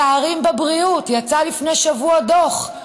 פערים בבריאות, יצא לפני שבוע דוח.